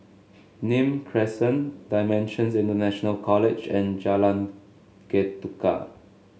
Nim Crescent Dimensions International College and Jalan Ketuka